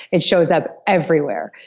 it shows up everywhere.